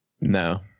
No